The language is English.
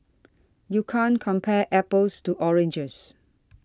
you can't compare apples to oranges